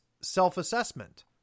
self-assessment